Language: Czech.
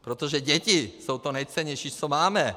Protože děti jsou to nejcennější, co máme.